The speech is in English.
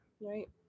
Right